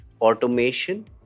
automation